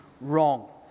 wrong